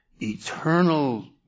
eternal